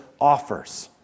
offers